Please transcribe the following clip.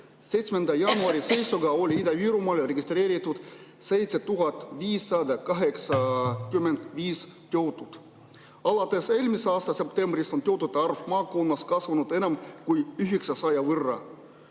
7. jaanuari seisuga oli Ida-Virumaal registreeritud 7585 töötut. Alates eelmise aasta septembrist on töötute arv maakonnas kasvanud enam kui 900 võrra.